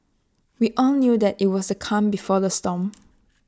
we all knew that IT was the calm before the storm